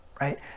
right